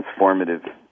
transformative